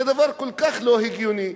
זה דבר כל כך לא הגיוני.